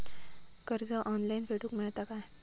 कर्ज ऑनलाइन फेडूक मेलता काय?